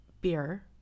beer